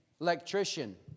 electrician